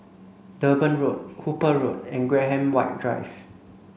Durban Road Hooper Road and Graham White Drive